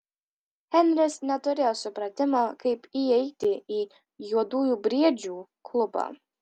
henris neturėjo supratimo kaip įeiti į juodųjų briedžių klubą